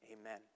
Amen